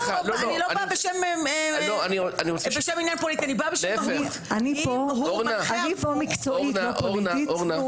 לא באה בשם עניין פוליטי --- אני פה מקצועית; לא פוליטית.